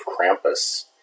Krampus